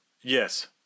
Yes